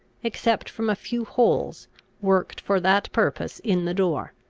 except from a few holes worked for that purpose in the door.